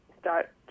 start